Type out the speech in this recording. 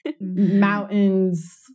mountains